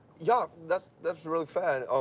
yeah, that's that's really fair.